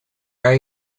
are